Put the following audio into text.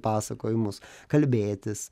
pasakojimus kalbėtis